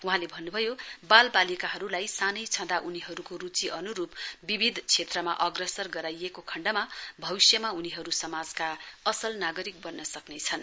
वहाँले भन्नभयो बाल बालिकाहरूलाई सानै छँदा उनीहरूको रूची अनुरूप विविध क्षेत्रमा अग्रसर गराइएको खण्डमा भविष्यमा उनीहरू समाजका असल नागरिक बन्न सक्नेछन्